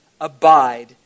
abide